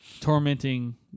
tormenting